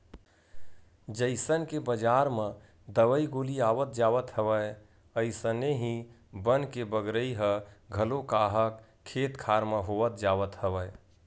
जइसन के बजार म दवई गोली आवत जावत हवय अइसने ही बन के बगरई ह घलो काहक खेत खार म होवत जावत हवय